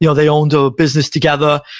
you know they owned a business together,